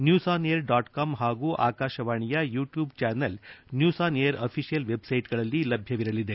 ನ್ಡೂಸ್ on air dot com ಹಾಗೂ ಆಕಾಶವಾಣಿಯ YouTube channel news on air official ವೆಬ್ಸೈಟ್ಗಳಲ್ಲಿ ಲಭ್ಞವಿರಲಿದೆ